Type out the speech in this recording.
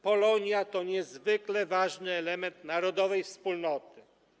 Polonia to niezwykle ważny element narodowej wspólnoty.